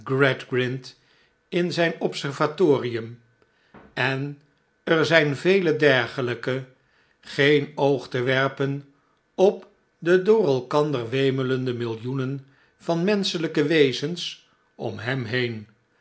in zijn observatorium en er zijn vele dergelijke geen oog te werpen op de door elkander wemelende millioenen van menschelijke wezens ora hem heen